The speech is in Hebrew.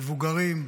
מבוגרים,